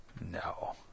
No